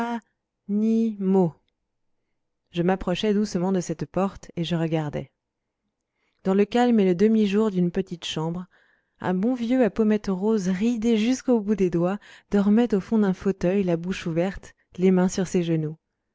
je m'approchai doucement de cette porte et je regardai dans le calme et le demi-jour d'une petite chambre un bon vieux à pommettes roses ridé jusqu'au bout des doigts dormait au fond d'un fauteuil la bouche ouverte les mains sur ses genoux